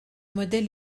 modèles